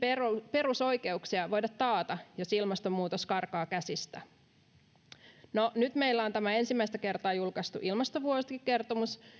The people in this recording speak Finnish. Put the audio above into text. perusoikeuksia voida taata jos ilmastonmuutos karkaa käsistä nyt meillä on tämä ensimmäistä kertaa julkaistu ilmastovuosikertomus